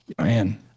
Man